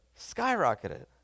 skyrocketed